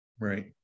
Right